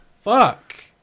Fuck